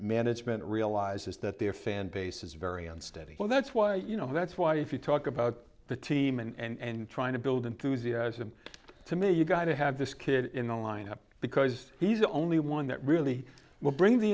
management realizes that their fan base is very unsteady well that's why you know that's why if you talk about the team and trying to build enthusiasm to me you've got to have this kid in the lineup because he's the only one that really will bring the